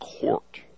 court